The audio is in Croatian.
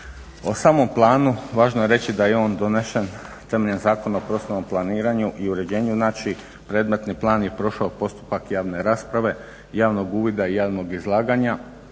O samom planu važno je reći da je on donesen temeljem Zakona o prostornom planiranju i uređenju znači predmetni plan je prošao postupak javne rasprave, javnog uvida i javnog izlaganja